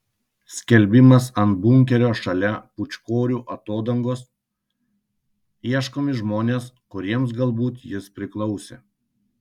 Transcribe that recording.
skelbimas ant bunkerio šalia pūčkorių atodangos ieškomi žmonės kuriems galbūt jis priklausė